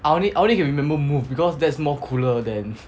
I only I only can remember move because that's more cooler than